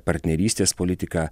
partnerystės politika